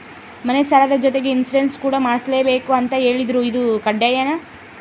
ಮನೆ ಸಾಲದ ಜೊತೆಗೆ ಇನ್ಸುರೆನ್ಸ್ ಕೂಡ ಮಾಡ್ಸಲೇಬೇಕು ಅಂತ ಹೇಳಿದ್ರು ಇದು ಕಡ್ಡಾಯನಾ?